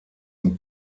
und